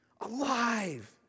alive